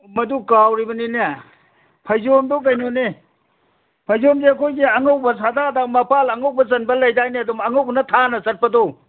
ꯃꯗꯨ ꯀꯥꯎꯔꯤꯕꯅꯤꯅꯦ ꯐꯩꯖꯣꯝꯗꯨ ꯀꯩꯅꯣꯅꯤ ꯐꯩꯖꯣꯝꯁꯤ ꯑꯩꯈꯣꯏꯒꯤ ꯑꯉꯧꯕ ꯁꯗꯥꯗ ꯃꯄꯥꯟ ꯑꯉꯧꯕ ꯆꯟꯕ ꯂꯩꯗꯥꯏꯅꯦ ꯑꯗꯨꯝ ꯑꯉꯧꯕꯅ ꯊꯥꯅ ꯆꯠꯄꯗꯣ